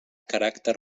caràcter